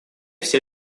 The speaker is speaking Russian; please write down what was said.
все